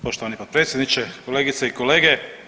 Poštovani potpredsjedniče, kolegice i kolege.